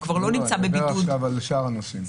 אני מדבר על שאר הנוסעים.